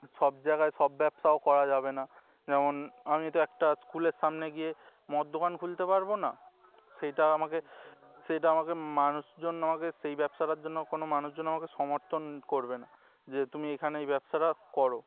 সব জায়গায় সব ব্যবসাও করা যাবে না যেমন আমি তো একটা স্কুলের সামনে গিয়ে মদের দোকান খুলতে পারব না সেটা আমাকে সেটা আমাকে মানুষজন আমাকে সেই ব্যবসাটার জন্য কোনো মানুষজন আমাকে সমর্থন করবে না যে তুমি এখানে এই ব্যবসাটা করো